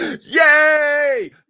yay